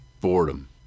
boredom